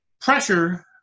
pressure